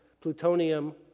plutonium